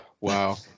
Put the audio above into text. Wow